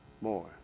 more